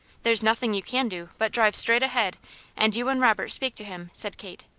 there's nothing you can do, but drive straight ahead and you and robert speak to him, said kate.